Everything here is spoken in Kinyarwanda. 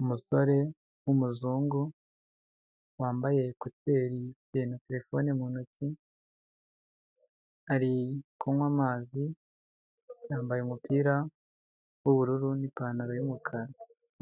Umusore w'umuzungu wambaye ekuteri wifitiye na terefoni mu ntoki, ari kunywa amazi, yambaye umupira w'ubururu n'ipantaro y'umukara,